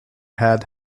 had